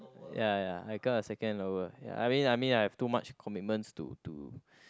ya ya I got a second lower ya I mean I mean I've too much commitments to to